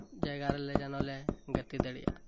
ᱡᱟᱭᱜᱟ ᱨᱮᱞᱮ ᱡᱮᱱᱚᱞᱮ ᱜᱟᱛᱤ ᱫᱟᱲᱮᱭᱟᱜᱼᱟ